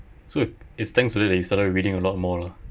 so it it's thanks to it that you started reading a lot more lah